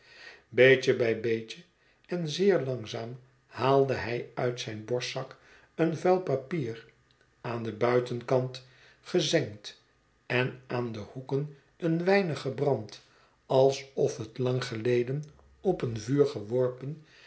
beetje bij beetje en zeer langzaam haalde hij uit zijn borstzak een vuil papier aan den buitenkant gezengd en aan de hoeken eén weinig gebrand alsof het lang geleden op een vuur geworpen